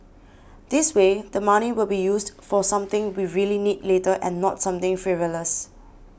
this way the money will be used for something we really need later and not something frivolous